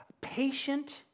patient